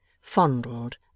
fondled